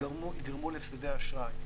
שיגרמו להפסדי אשראי.